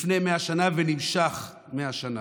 לפני 100 שנה, ונמשך 100 שנה.